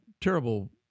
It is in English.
terrible